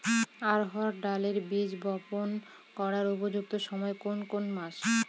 অড়হড় ডালের বীজ বপন করার উপযুক্ত সময় কোন কোন মাস?